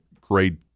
grade